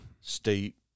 state